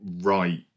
right